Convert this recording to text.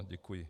Děkuji.